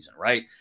right